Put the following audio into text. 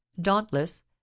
dauntless